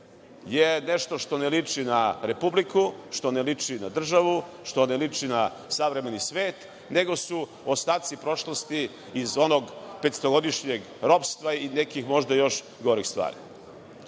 je nešto što ne liči na republiku, što ne liči na državu, što ne liči na savremeni svet, nego su ostaci prošlosti iz onog petstogodišnjeg ropstva i ne nekih možda još gorih stvari.